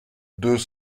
deux